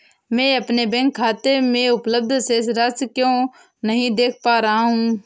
मैं अपने बैंक खाते में उपलब्ध शेष राशि क्यो नहीं देख पा रहा हूँ?